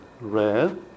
Red